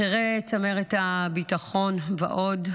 בכירי צמרת הביטחון ועוד,